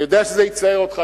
אני יודע שזה יצער אותך,